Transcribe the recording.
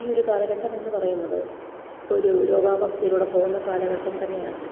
ഈ ഒരു കാലഘട്ടം എന്ന് പറയുന്നത് ഒരു രോഗാവസ്ഥയിലൂടെ പോകുന്ന കാലഘട്ടം തന്നെ ആണ്